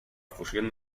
fusión